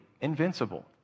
invincible